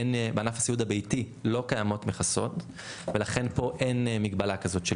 בענף הסיעוד הביתי לא קיימות מכסות ולכן פה אין מגבלה כזו.